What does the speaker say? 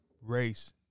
race